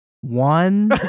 One